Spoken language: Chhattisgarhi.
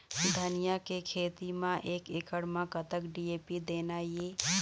धनिया के खेती म एक एकड़ म कतक डी.ए.पी देना ये?